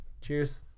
Cheers